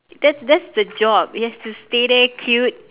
that's that's the job it has to stay there cute